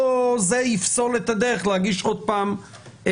לא זה יפסול את הדרך להגיש שוב בקשה.